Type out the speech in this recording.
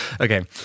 Okay